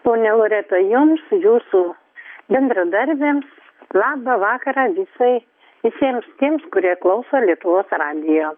ponia loreta jums jūsų bendradarbiams labą vakarą visai visiems tiems kurie klauso lietuvos radijo